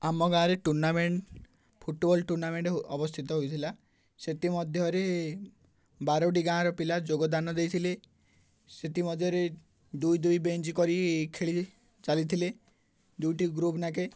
ଆମ ଗାଁରେ tournament football tournament ଅବସ୍ଥିତ ହୋଇଥିଲା ସେଥିମଧ୍ୟରେ ବାରୋଟି ଗାଁର ପିଲା ଯୋଗଦାନ ଦେଇଥିଲେ ସେଥିମଧ୍ୟରେ ଦୁଇ ଦୁଇ ବେଚ୍ କରି ଖେଳି ଚାଲିଥିଲେ ଦୁଇଟି ଗ୍ରୁପ ନାକେ